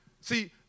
See